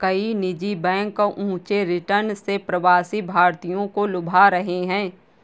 कई निजी बैंक ऊंचे रिटर्न से प्रवासी भारतीयों को लुभा रहे हैं